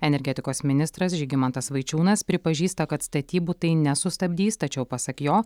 energetikos ministras žygimantas vaičiūnas pripažįsta kad statybų tai nesustabdys tačiau pasak jo